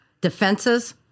defenses